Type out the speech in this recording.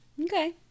okay